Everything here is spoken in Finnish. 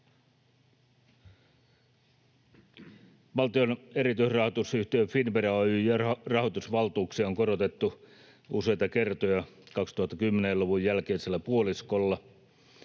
Valtion erityisrahoitusyhtiö Finnvera Oyj:n rahoitusvaltuuksia on korotettu useita kertoja 2010-luvun jälkimmäisellä puoliskolla.